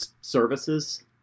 services